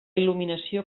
il·luminació